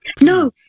no